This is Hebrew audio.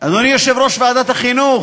אדוני יושב-ראש ועדת החינוך,